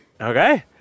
okay